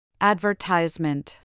Advertisement